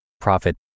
profit